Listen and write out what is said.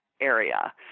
area